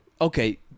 Okay